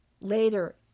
Later